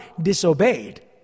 Disobeyed